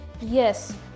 Yes